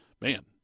man